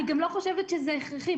אני גם לא חושבת שזה הכרחי.